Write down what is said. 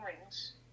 rings